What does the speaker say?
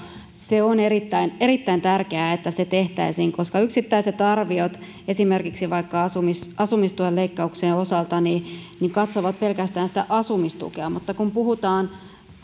on erittäin erittäin tärkeää että se tehtäisiin koska yksittäiset arviot esimerkiksi asumistuen leikkauksen osalta katsovat pelkästään sitä asumistukea mutta kun puhutaan